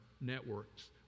networks